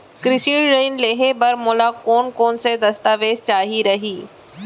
कृषि ऋण लेहे बर मोला कोन कोन स दस्तावेज चाही रही?